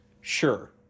sure